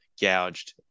gouged